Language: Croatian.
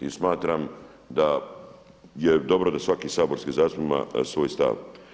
I smatram da je dobro da svaki saborski zastupnik ima svoj stav.